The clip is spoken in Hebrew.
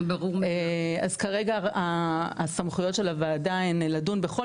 אז כרגע הסמכויות של הוועדה הן לדון בכל